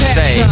say